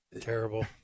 Terrible